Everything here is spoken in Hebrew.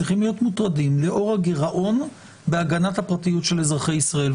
צריכים להיות מוטרדים לאור הגירעון בהגנת הפרטיות של אזרחי ישראל.